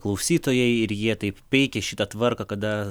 klausytojai ir jie taip peikė šitą tvarką kada